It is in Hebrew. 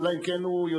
אלא אם כן הוא יודע,